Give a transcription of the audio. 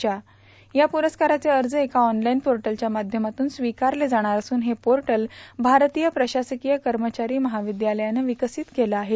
याप्रढं या प्रस्काराचे अर्ज एका ऑनलाईन पोर्टलच्या माध्यमातून स्वीकारले जाणार असून हे पोर्टल भारतीय प्रशासकीय कर्मचारी महाविद्यालयानं विकसित केलं आहे